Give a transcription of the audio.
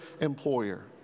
employer